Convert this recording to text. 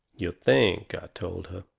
you think, i told her.